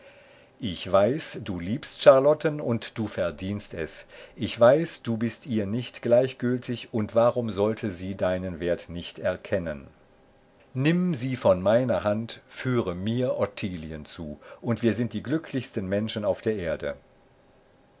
ich weiß du liebst charlotten und sie verdient es ich weiß du bist ihr nicht gleichgültig und warum sollte sie deinen wert nicht erkennen nimm sie von meiner hand führe mir ottilien zu und wir sind die glücklichsten menschen auf der erde